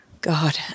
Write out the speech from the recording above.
God